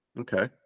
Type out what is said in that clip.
Okay